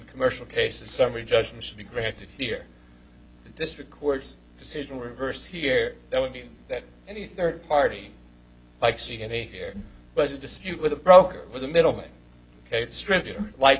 commercial cases summary judgment should be granted here district court's decision reversed here that would mean that any third party like to see any here was a dispute with a broker with a middle man cave distributor like